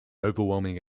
overwhelming